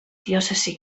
diòcesi